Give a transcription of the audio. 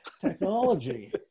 Technology